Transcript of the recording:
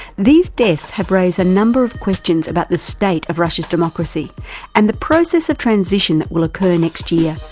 these deaths have raised a number of questions about the state of russia's democracy and the process of transition that will occur next year,